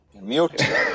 Mute